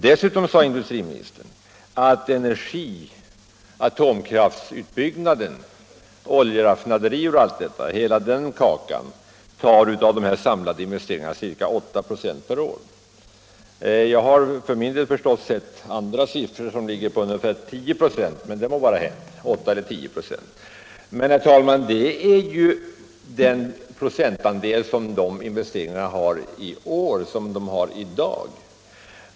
Dessutom sade industriministern att energin — atomkraftsutbyggnaden, oljeraffinaderierna och allt detta — av de samlade investeringarna tar ca 8 96 per år. Jag har förstås sett andra siffror som ligger på ungefär 10 96, men det må vara hänt. Detta är emellertid den procentandel som dessa investeringar har i dag.